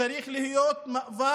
צריך להיות מאבק